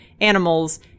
animals